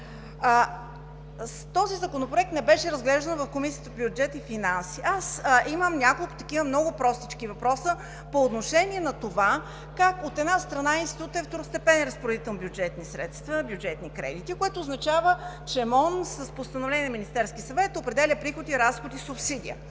Този законопроект не беше разглеждан в Комисията по бюджет и финанси. Имам няколко много простички въпроса по отношение на това как, от една страна, Институтът е второстепенен разпоредител на бюджетни средства, бюджетни кредити, което означава, че МОН, с постановление на Министерския съвет, определя приходи, разходи, субсидия.